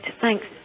Thanks